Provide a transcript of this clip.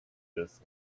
this